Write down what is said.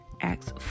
acts